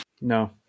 No